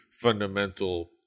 fundamental